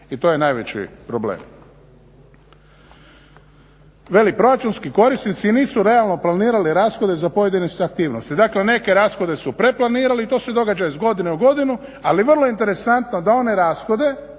I to je najveći problem. Veli, proračunski korisnici nisu realno planirali rashode za pojedine aktivnosti. Dakle, neke rashode su predplanirali i to se događa iz godine u godinu, ali vrlo je interesantno da one rashode